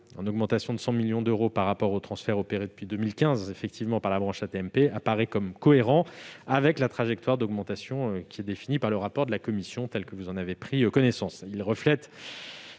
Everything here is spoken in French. augmentation de 100 millions d'euros par rapport aux transferts opérés depuis 2015 par la branche AT-MP, apparaît comme cohérent avec la trajectoire d'augmentation définie par le rapport de la commission, dont vous avez pris connaissance.